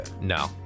no